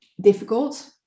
difficult